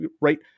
right